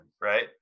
right